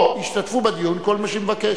או ישתתפו בדיון כל מי שמבקש.